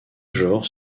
genres